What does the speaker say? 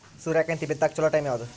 ಸೂರ್ಯಕಾಂತಿ ಬಿತ್ತಕ ಚೋಲೊ ಟೈಂ ಯಾವುದು?